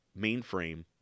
mainframe